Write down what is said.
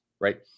right